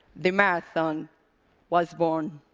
the marathon was born.